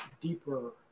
deeper